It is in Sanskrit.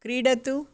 क्रीडतु